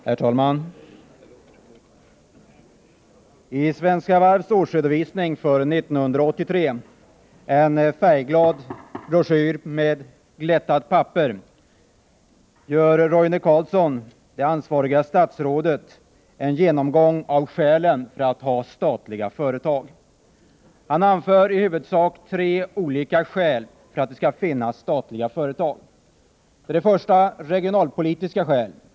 Herr talman! I Svenska Varvs årsredovisning för 1983 — en färgglad broschyr med glättat papper — gör Roine Carlsson, det ansvariga statsrådet, en genomgång av skälen för att ha statliga företag. Han anför i huvudsak tre olika skäl för att det skall finnas statliga företag. För det första gäller det regionalpolitiska skäl.